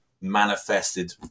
manifested